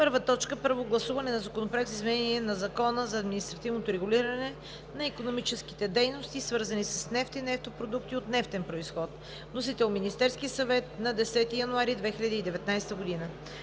2019 г.: „1. Първо гласуване на Законопроекта за изменение на Закона за административното регулиране на икономическите дейности, свързани с нефт и продукти от нефтен произход. Вносител – Министерският съвет на 10 януари 2019 г.